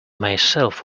myself